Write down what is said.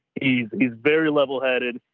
he's he's very level headed.